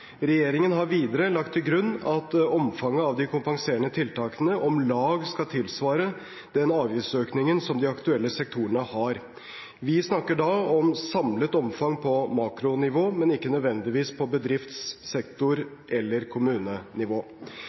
Regjeringen har videre lagt til grunn at omfanget av de kompenserende tiltakene om lag skal tilsvare den avgiftsøkningen som de aktuelle sektorene har. Vi snakker da om samlet omfang på makronivå, men ikke nødvendigvis på bedrifts-, sektor- eller kommunenivå.